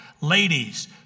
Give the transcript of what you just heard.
Ladies